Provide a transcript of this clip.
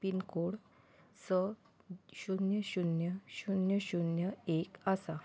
pin code स शुन्य शुन्य शुन्य शुन्य एक आसा